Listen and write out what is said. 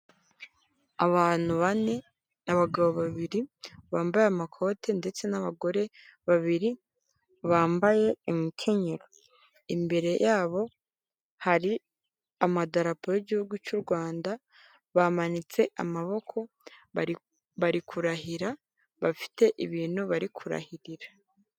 Abantu bane, abagabo babiri bambaye amakoti ndetse n'abagore babiri bambaye imikenyero. Imbere yabo hari amadarapo y'igihugu cy'u Rwanda, bamanitse amaboko, bari kurahira, bafite ibintu bari kurahirira.